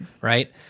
right